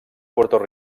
puerto